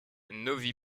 novi